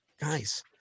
guys